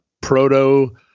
proto